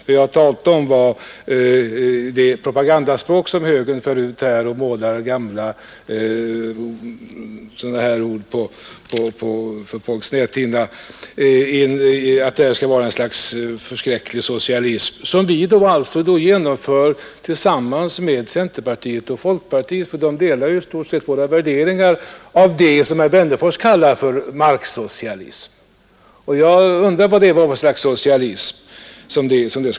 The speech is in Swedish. Vad jag talade om var det propagandaspråk som högern för ut om att det är något slags förskräcklig socialism som vi skulle genomföra — tillsammans med centerpartiet och folkpartiet — eftersom de i stort sett delar våra värderingar när det gäller det som herr Wennerfors kallar marksocialism. Jag undrar vad det nu är för slags socialism.